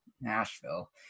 Nashville